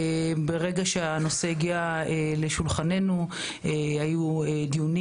ברגע שהנושא הגיע לשולחננו היו דיונים